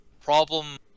problem